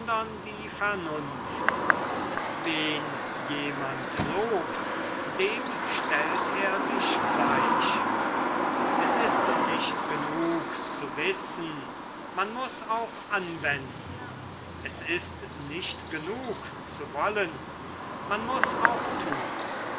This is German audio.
die vernunft wen jemand lobt dem stellt er sich gleich es ist nicht genug zu wissen man muß auch anwenden es ist nicht genug zu wollen man muß auch tun